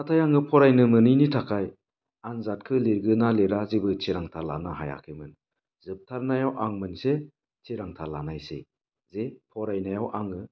नाथाय आङो फरायनो मोनिनि थाखाय आनजादखौ लिरगोन ना लिरा जेबो थिरांथा लानो हायाखैमोन जोबथारनायाव आं मोनसे थिरांथा लानायसै जे फरायनायाव आङो